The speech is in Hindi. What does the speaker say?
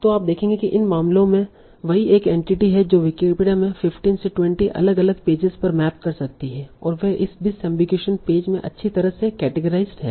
तो आप देखेंगे कि इन मामलों में वही एक एंटिटी है जो विकिपीडिया में 15 20 अलग अलग पेजेज पर मैप कर सकती है और वे इस डिसअम्बिगुईशन पेज में अच्छी तरह से केटेगराइसड हैं